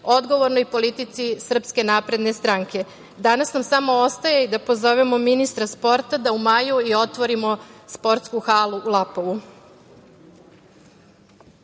odgovornoj politici SNS. Danas nam samo ostaje da pozovemo ministra sporta da u maju i otvorimo sportsku halu u Lapovu.